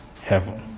heaven